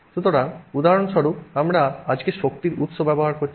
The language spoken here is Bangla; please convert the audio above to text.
সুতরাং উদাহরণস্বরূপ আমরা আজকে শক্তির উৎস ব্যবহার করছি